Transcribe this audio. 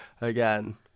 again